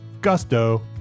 Gusto